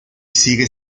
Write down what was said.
sigue